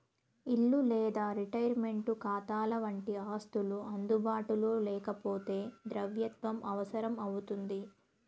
ఇల్లు లేదా రిటైర్మంటు కాతాలవంటి ఆస్తులు అందుబాటులో లేకపోతే ద్రవ్యత్వం అవసరం అవుతుంది